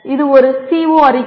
இது ஒரு CO அறிக்கை